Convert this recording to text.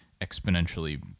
exponentially